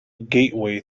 gateway